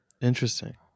Interesting